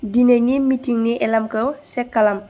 दिनैनि मिटिंनि एलार्मखौ चेक खालाम